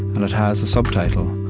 and it has a subtitle,